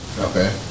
Okay